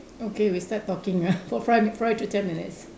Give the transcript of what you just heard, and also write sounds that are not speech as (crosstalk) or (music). okay we start talking ah (laughs) for five five to ten minutes